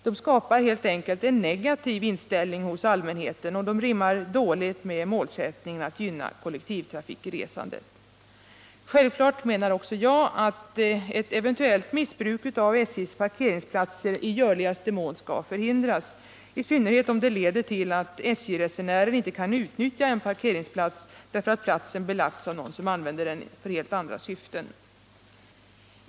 De skapar en negativ inställning hos allmänheten, och de rimmar dåligt med målsättningen att gynna resandet Självfallet menar också jag att ett eventuellt missbruk av SJ:s parkeringsplatser i görligaste mån skall förhindras, i synnerhet om det leder till att SJ resenärer inte kan utnyttja en parkeringsplats därför att platsen belagts av någon som använder den i helt andra syften.